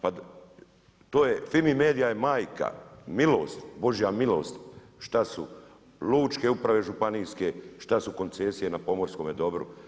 Pa FIMI Media je majka, milost, božja milost šta su lučke uprave županijske, šta su koncesije na pomorskome dobru.